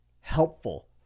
helpful